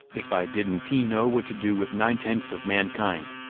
if i didn t know what to do with ninetenths of mankind,